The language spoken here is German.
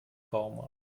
baumarkt